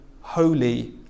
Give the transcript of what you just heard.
holy